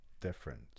different